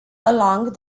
along